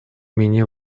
менее